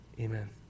Amen